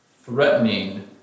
threatening